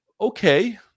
okay